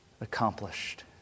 accomplished